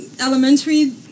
elementary